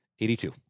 82